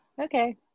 okay